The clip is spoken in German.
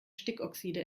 stickoxide